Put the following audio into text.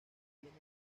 tienen